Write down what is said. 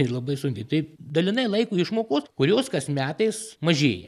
ir labai sunkiai tai dalinai laiko išmokos kurios kas metais mažėja